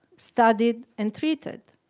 studied, and treated?